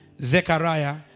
Zechariah